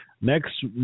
Next